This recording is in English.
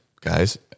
guys